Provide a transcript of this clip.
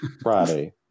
Friday